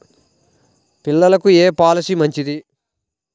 పిల్లలకు ఏ పొలసీ మంచిది?